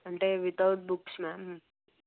అంటే without books ma'am